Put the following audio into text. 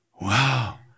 Wow